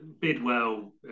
Bidwell